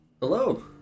hello